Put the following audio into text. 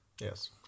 Yes